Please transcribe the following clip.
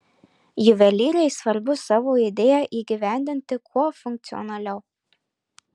juvelyrei svarbu savo idėją įgyvendinti kuo funkcionaliau